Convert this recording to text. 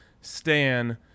Stan